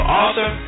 author